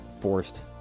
forced